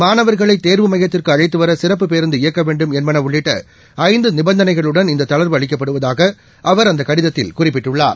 மாணவர்களை தேர்வு மையத்திற்கு அழைத்துவர சிறப்பு பேருந்து இயக்க வேண்டும் என்பது உள்ளிட்ட ஐந்து நிபந்தனைகளுடன் இந்த தளா்வு அளிக்கப்படுவதாக அவர் அந்த கடிதத்தில் குறிப்பிட்டுள்ளார்